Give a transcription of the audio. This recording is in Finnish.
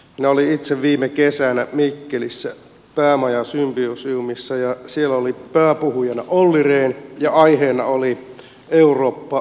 minä olin itse viime kesänä mikkelissä päämaja symposiumissa ja siellä oli pääpuhujana olli rehn ja aiheena oli eurooppa kriisin jälkeen